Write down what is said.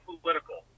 political